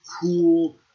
cool